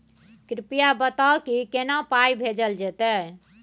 कृपया बताऊ की केना पाई भेजल जेतै?